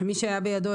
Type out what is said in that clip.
מי שהיה בידו,